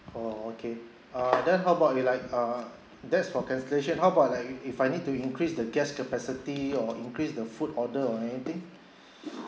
orh okay uh then how about we like err that's for cancellation how about that if if I need to increase the guests capacity or increase the food order or anything